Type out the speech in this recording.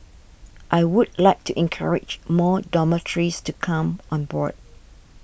I would like to encourage more dormitories to come on board